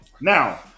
Now